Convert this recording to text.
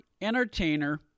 entertainer